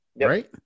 Right